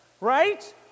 right